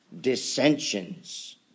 dissensions